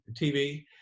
TV